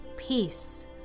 peace